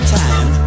time